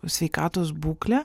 sveikatos būkle